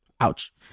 Ouch